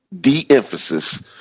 de-emphasis